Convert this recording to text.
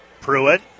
Pruitt